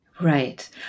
right